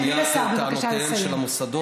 תני לשר בבקשה לסיים.